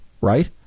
right